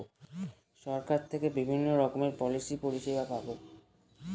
সরকার থেকে বিভিন্ন রকমের পলিসি পরিষেবা পাবো